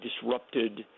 disrupted